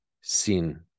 sin